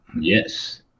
Yes